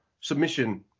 submission